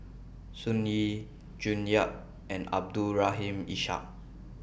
Sun Yee June Yap and Abdul Rahim Ishak